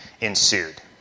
ensued